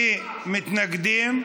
אם כך, הצעת החוק עוברת ב-26, בלי מתנגדים,